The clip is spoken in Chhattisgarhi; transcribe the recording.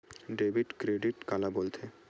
डेबिट क्रेडिट काला बोल थे?